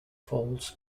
falls